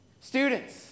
Students